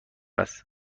است